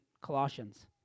Colossians